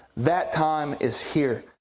that time is here.